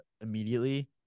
immediately